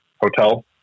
hotel